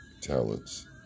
talents